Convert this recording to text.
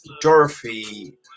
Dorothy